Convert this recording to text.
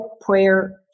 prayer